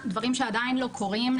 דברים שעדיין לא קורים,